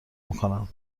میکنم